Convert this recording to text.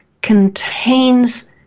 contains